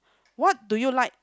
what do you like